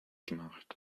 gemacht